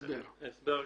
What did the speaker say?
הסבר.